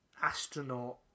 astronaut